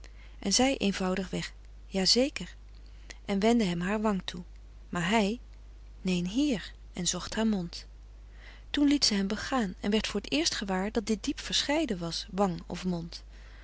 en zij eenvoudig weg ja zeker en wendde hem haar wang toe maar hij neen hier en zocht haar mond toen liet zij hem begaan en werd voor t eerst gewaar dat dit diep verscheiden was wang of mond